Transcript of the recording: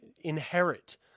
inherit